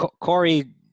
Corey